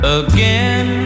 again